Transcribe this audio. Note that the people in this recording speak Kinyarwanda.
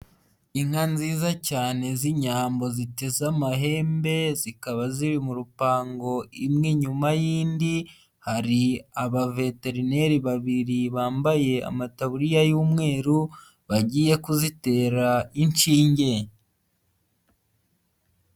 Inka nziza cyane z'Inyambo ziteze amahembe, zikaba ziri mu rupango, imwe nyuma y'indi, hari abaveterineri babiri bambaye amataburiya y'umweru, bagiye kuzitera inshinge.